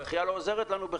הדחייה בכלל לא עוזרת לנו.